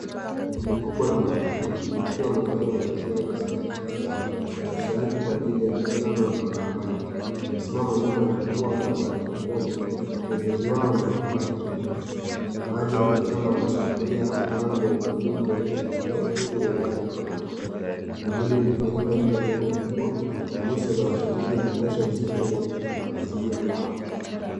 Kundi kubwa la mawakili, wakiwa wamevalia sare lasmi ya kikazi, wamekusanyika kwa ajili wana mkutano na wanahabari, wamesimama nyuma ya jukwaa lenye maikrofoni, anaonekana akizugumza, baadhi ya wanachama wameshikilia mabango yenye jumbe za kutetea uhuru wa idara ya mahakama, tukio hili linafanyika nje ya jengo kubwa, na nyuso za washiriki zinaonyesha uzito wa azimio lao.